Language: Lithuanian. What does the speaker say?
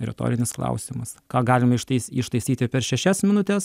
retorinis klausimas ką galima ištais ištaisyti per šešias minutes